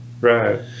right